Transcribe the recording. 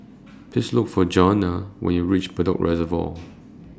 Please Look For Johnna when YOU REACH Bedok Reservoir